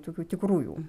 tokių tikrųjų